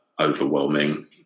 overwhelming